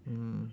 mm